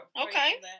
Okay